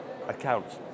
Accounts